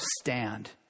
stand